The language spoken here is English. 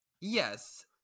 Yes